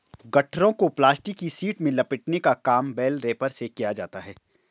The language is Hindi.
गट्ठरों को प्लास्टिक की शीट में लपेटने का काम बेल रैपर से किया जाता है